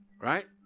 Right